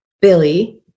Billy